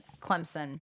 Clemson